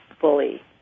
fully